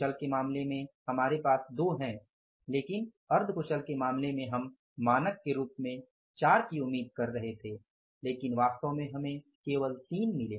कुशल के मामले में हमारे पास 2 हैं लेकिन अर्धकुशल के मामले में हम मानक के रूप में 4 की उम्मीद कर रहे थे लेकिन वास्तव में हमें केवल 3 मिले